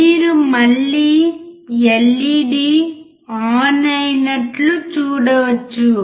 మీరు మళ్ళీ LED on అయినట్లు చూడవచ్చు